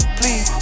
please